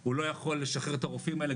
הוא לא יכול לשחרר את הרופאים האלה,